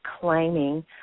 claiming